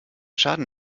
schaden